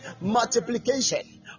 multiplication